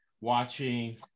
watching